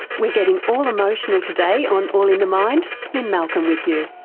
we're getting all emotional today on all in the mind lynne malcolm with you.